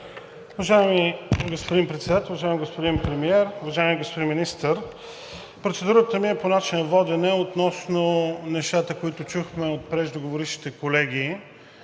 Уважаеми господин Председател, уважаеми господин Премиер, уважаеми господин Министър! Процедурата ми е по начина на водене относно нещата, които чухме от преждеговорившите колеги.